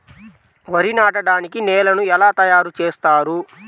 వరి నాటడానికి నేలను ఎలా తయారు చేస్తారు?